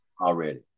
already